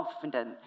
confident